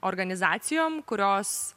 organizacijom kurios